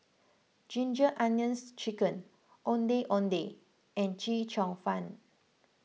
Ginger Onions Chicken Ondeh Ondeh and Chee Cheong Fun